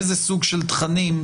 איזה סוג של תכנים,